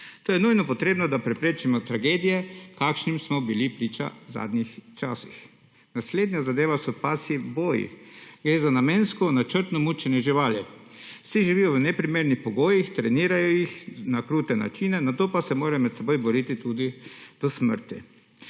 To je nujno potrebno, da preprečimo tragedije kakršnim smo bili priča v zadnjih časih. Naslednja zadeva so pasji boji. Gre za namensko, načrtno mučenje živali. Psi živijo v neprimernih pogojih, trenirajo jih na krute načine nato pa se morajo med seboj boriti tudi do smrti.